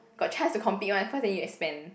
got chance to compete one first then you expand